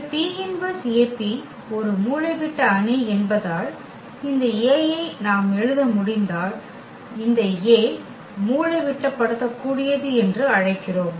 இந்த P−1AP ஒரு மூலைவிட்ட அணி என்பதால் இந்த A ஐ நாம் எழுத முடிந்தால் இந்த A மூலைவிட்டப்படுத்தக்கூடியது என்று அழைக்கிறோம்